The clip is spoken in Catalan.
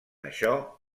això